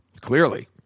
clearly